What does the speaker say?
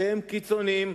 אתם קיצונים,